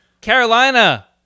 carolina